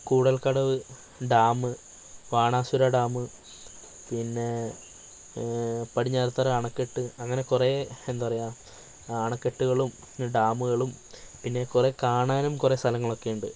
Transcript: Koodalkadavu dam Banasura dam പിന്നെ പടിഞ്ഞാറത്തറ അണക്കെട്ട് അങ്ങനെ കുറെ എന്താ പറയുക അണക്കെട്ടുകളും ഡാമുകളും പിന്നെ കുറെ കാണാനും കുറെ സ്ഥലങ്ങളൊക്കെ ഉണ്ട്